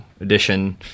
edition